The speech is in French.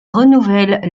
renouvelle